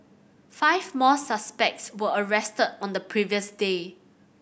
five more suspects were arrested on the previous day